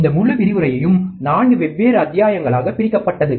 இந்த முழு விரிவுரையும் 4 வெவ்வேறு அத்தியாயங்களாக பிரிக்கப்பட்டது